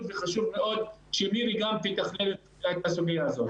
וחשוב מאוד שמירי תתכלל את הסוגיה הזאת.